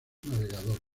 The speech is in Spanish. navegador